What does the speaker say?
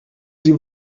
sie